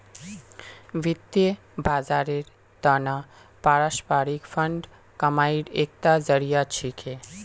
वित्त बाजारेर त न पारस्परिक फंड कमाईर एकता जरिया छिके